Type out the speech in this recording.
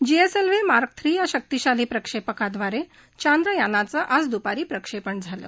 GSLV Mark three या शक्तिशाली प्रक्षेपकादवारे चांद्रयाणाचं आज दपारी प्रक्षेपण झालं